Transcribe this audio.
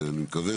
אני מקווה